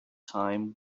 time